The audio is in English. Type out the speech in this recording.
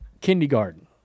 Kindergarten